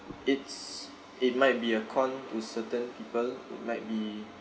it's it might be a con to certain people it might be